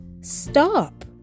Stop